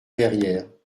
verrière